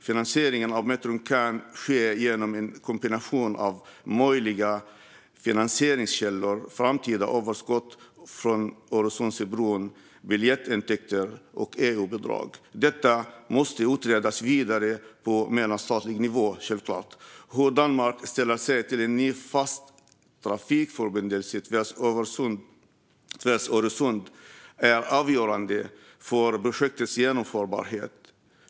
Finansiering av metron kan ske genom en kombination av möjliga finansieringskällor, till exempel framtida överskott från Öresundsbron, biljettintäkter och EU-bidrag. Detta måste självklart utredas vidare på mellanstatlig nivå. Hur Danmark ställer sig till en ny fast trafikförbindelse tvärs över Öresund är avgörande för projektets genomförbarhet.